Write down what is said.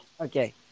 Okay